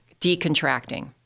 decontracting